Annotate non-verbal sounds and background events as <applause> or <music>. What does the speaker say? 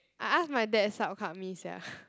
I ask my dad sub card me sia <laughs>